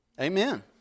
Amen